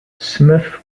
smith